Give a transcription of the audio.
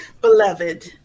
Beloved